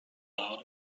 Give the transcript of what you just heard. out